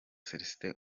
celestin